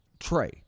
tray